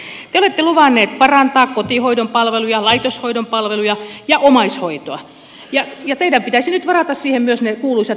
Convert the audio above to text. te olette luvanneet parantaa kotihoidon palveluja laitoshoidon palveluja ja omaishoitoa ja teidän pitäisi nyt varata siihen myös ne kuuluisat resurssit